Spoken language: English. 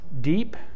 deep